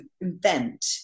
invent